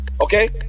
Okay